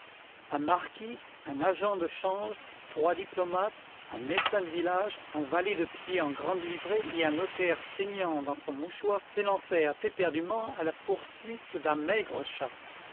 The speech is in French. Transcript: un marquis un agent de change trois diplo mates un médecin de village un valet de pied en grande livrée et un notaire saignant dans son mouchoir se lancèrent éperdument à la pour suite d'un maigre chat